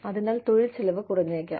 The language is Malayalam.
അതിനാൽ തൊഴിൽ ചെലവ് കുറഞ്ഞേക്കാം